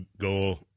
go